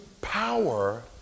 power